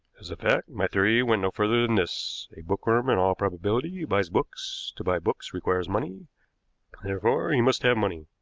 as a fact, my theory went no further than this a bookworm in all probability buys books to buy books requires money therefore he must have money.